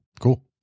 cool